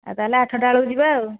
ଆଉ ତା'ହେଲେ ଆଠଟାବେଳକୁ ଯିବା ଆଉ